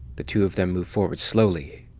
the two of them moved forward slowly.